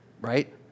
right